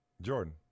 Jordan